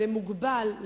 למוגבל,